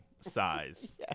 size